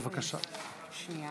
בבקשה.